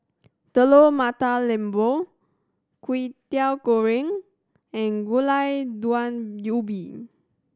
Telur Mata Lembu Kwetiau Goreng and Gulai Daun Ubi